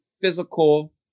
physical